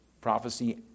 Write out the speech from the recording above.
Prophecy